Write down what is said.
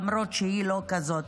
למרות שהיא לא כזאת.